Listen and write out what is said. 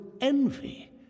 envy